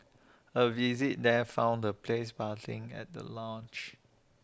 A visit there found the place buzzing at the launch